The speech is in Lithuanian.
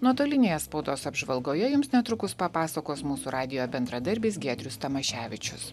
nuotolinėje spaudos apžvalgoje jums netrukus papasakos mūsų radijo bendradarbis giedrius tamaševičius